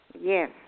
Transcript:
Yes